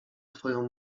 twoją